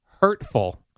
hurtful